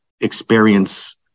experience